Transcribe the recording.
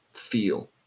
feel